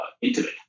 intimate